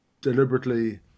deliberately